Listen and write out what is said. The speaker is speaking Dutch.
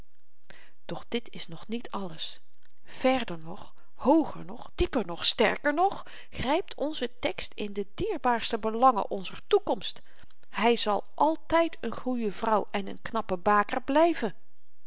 doch dit is nog niet alles verder nog hooger nog dieper nog sterker nog grypt onze tekst in de dierbaarste belangen onzer toekomst hy zal altyd n goeie vrouw en n knappe baker blyven